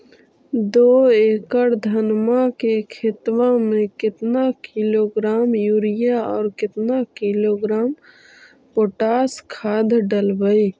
दो एकड़ धनमा के खेतबा में केतना किलोग्राम युरिया और केतना किलोग्राम पोटास खाद डलबई?